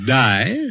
die